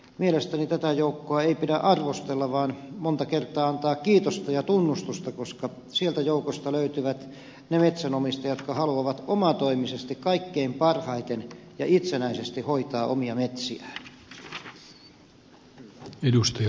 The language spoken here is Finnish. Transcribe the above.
mielestäni tätä joukkoa ei pidä arvostella vaan monta kertaa pitäisi antaa kiitosta ja tunnustusta koska sieltä joukosta löytyvät ne metsänomistajat jotka haluavat omatoimisesti kaikkein parhaiten ja itsenäisesti hoitaa omia metsiään